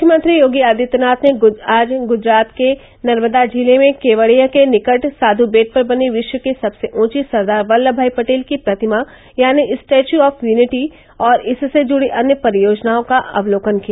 मुख्यमंत्री योगी आदित्यनाथ ने आज गुजरात के नर्मदा जिले में केवड़िया के निकट साध् बेट पर बनी विश्व की सबसे ऊंची सरदार वल्लभ भाई पटेल की प्रतिमा यानी स्टेच्यू ऑफ युनिटी और इससे जुड़ी अन्य परियाजनाओं का अवलोकन किया